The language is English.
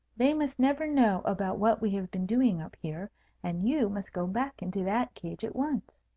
they must never know about what we have been doing up here and you must go back into that cage at once.